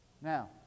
Now